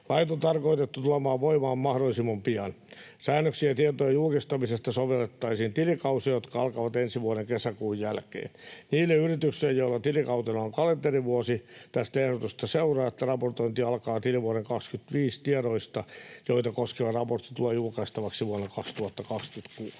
Lait on tarkoitettu tulemaan voimaan mahdollisimman pian. Säännöksiä tietojen julkistamisesta sovellettaisiin tilikausiin, jotka alkavat ensi vuoden kesäkuun jälkeen. Niille yrityksille, joilla tilikautena on kalenterivuosi, tästä ehdotuksesta seuraa, että raportointi alkaa tilivuoden 2025 tiedoista, joita koskeva raportti tulee julkaistavaksi vuonna 2026.